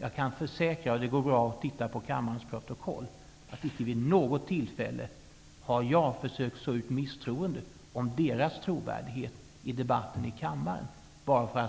Jag kan försäkra -- och det går bra att titta i kammarens protokoll -- att jag inte vid något tillfälle i debatten i kammaren har försökt att så ut misstroende när det gäller deras trovärdighet.